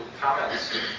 comments